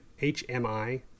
H-M-I